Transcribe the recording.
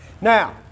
Now